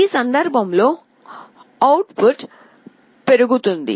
ఈ సందర్భంలో అవుట్పుట్ పెరుగుతుంది